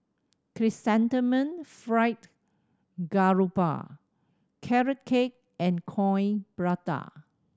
Chrysanthemum Fried Garoupa Carrot Cake and Coin Prata